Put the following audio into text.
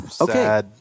okay